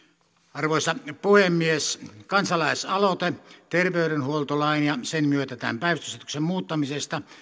arvoisa puhemies kansalaisaloite terveydenhuoltolain ja sen myötä tämän päivystysasetuksen muuttamisesta